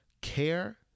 care